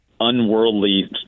unworldly